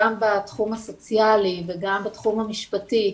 גם בתחום הסוציאלי וגם בתחום המשפטי,